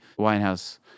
Winehouse